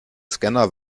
scanner